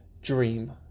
dream